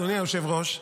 אדוני היושב-ראש,